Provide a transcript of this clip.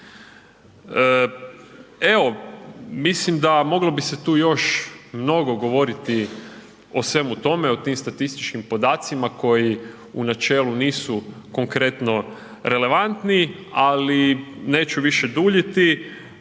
Evo, mislim da moglo bi se tu još mnogo govoriti o svemu tome, o tim statističkim podacima koji u načelu nisu konkretno relevantni, ali neću više duljiti,